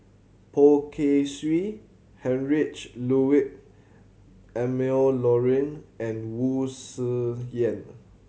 Poh Kay Swee Heinrich Ludwig Emil Luering and Wu Tsai Yen